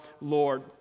Lord